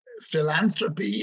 Philanthropy